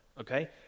okay